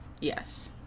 Yes